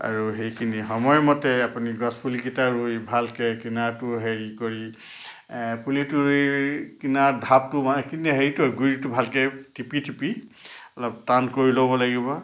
আৰু সেইখিনি সময়মতে আপুনি গছপুলিকেইটা ৰুই ভালকৈ কিনাৰটো হেৰি কৰি পুলিটো ৰুই কিনাৰত ঢাপটো মানে কিন্তু হেৰিটো গুৰিটো ভালকে টিপি টিপি অলপ টান কৰি ল'ব লাগিব